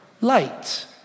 light